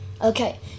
okay